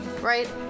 right